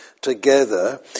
together